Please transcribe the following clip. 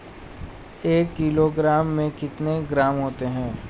एक किलोग्राम में कितने ग्राम होते हैं?